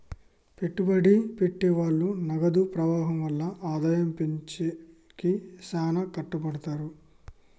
పెట్టుబడి పెట్టె వాళ్ళు నగదు ప్రవాహం వల్ల ఆదాయం పెంచేకి శ్యానా కట్టపడతారు